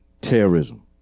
terrorism